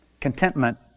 Contentment